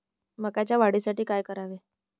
मकाच्या वाढीसाठी काय करावे?